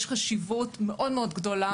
יש חשיבות מאוד גדולה,